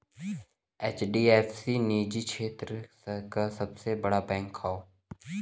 HDFC निजी क्षेत्र क सबसे बड़ा बैंक हौ